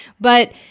But-